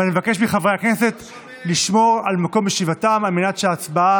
ואני מבקש מחברי הכנסת לשמור על מקום ישיבתם על מנת שההצבעה